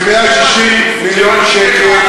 כ-160 מיליון שקל,